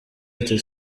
ati